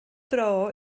dro